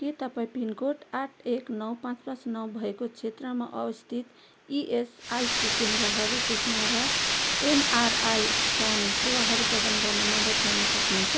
के तपाईँ पिनकोड आठ एक नौ पाँच पाँच नौ भएको क्षेत्रमा अवस्थित इएसआइसी केन्द्रहरू खोज्न र एमआरआई स्क्यान सेवाहरू प्रदान गर्न मद्दत गर्न सक्नुहुन्छ